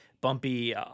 Bumpy